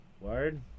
Word